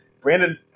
Brandon